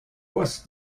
was